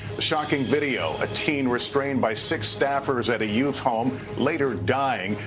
the shocking video. a teen restrained by six staffers at a youth home later dying.